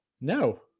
No